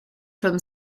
from